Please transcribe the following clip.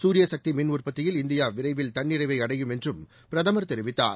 சூரியசக்தி மின் உற்பத்தியில் இந்தியா விரைவில் தன்னிறைவை அடையும் என்றும் பிரதமா் தெரிவித்தார்